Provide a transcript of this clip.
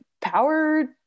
power